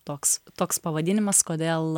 toks toks pavadinimas kodėl